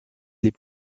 les